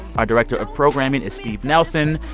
our director of programming is steve nelson.